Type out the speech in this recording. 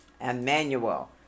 Emmanuel